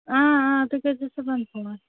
اۭں اۭں تُہۍ کٔرۍزیو صُبحَن فون